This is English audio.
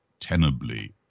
tenably